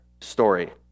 story